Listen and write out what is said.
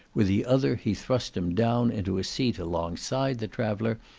with the other he thrust him down into a seat alongside the traveller,